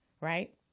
right